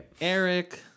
Eric